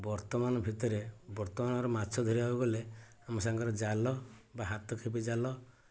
ବର୍ତ୍ତମାନ ଭିତରେ ବର୍ତ୍ତମାନର ମାଛ ଧରିବାକୁ ଗଲେ ଆମ ସାଙ୍ଗରେ ଜାଲ ବା ହାତ ଖେପି ଜାଲ